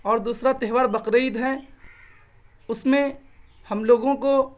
اور دوسرا تہوار بقرہ عید ہے اس میں ہم لوگوں کو